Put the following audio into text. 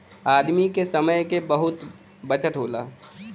आदमी के समय क बहुते बचत होला